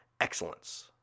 excellence